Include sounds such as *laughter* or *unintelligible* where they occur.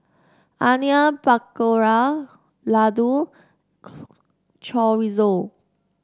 Onion Pakora Ladoo *unintelligible* Chorizo